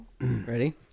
Ready